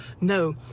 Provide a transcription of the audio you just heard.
No